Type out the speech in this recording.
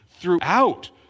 throughout